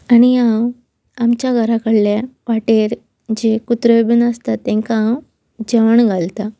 आनी हांव आमच्या घरा कडल्या वाटेर जे कुत्र्यो बीन आसता तांकां हांव जेवण घालता